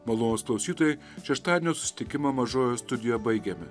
malonūs klausytojai šeštadienio susitikimą mažojoje studijoje baigiame